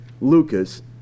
Lucas